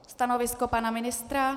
Stanovisko pana ministra?